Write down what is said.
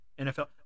NFL